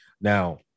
Now